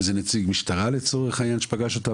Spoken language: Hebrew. אם זה נציג משטרה שפגש אותם,